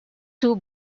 two